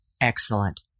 Excellent